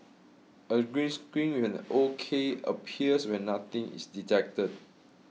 a green screen with an O K appears when nothing is detected